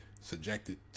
subjected